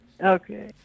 Okay